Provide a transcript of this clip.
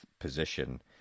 position